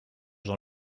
dans